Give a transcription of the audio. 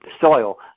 soil